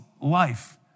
life